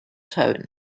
tone